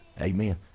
Amen